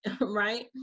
right